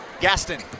Gaston